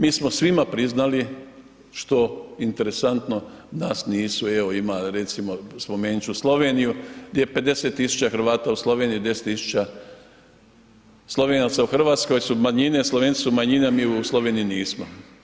Mi smo svima priznali što interesantno nas nisu i evo ima recimo, spomenuti ću Sloveniju gdje je 50 tisuća Hrvata u Sloveniji, 10 tisuća Slovenaca u Hrvatskoj su manjine a Slovenci su manjina a mi u Sloveniji nismo.